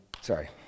sorry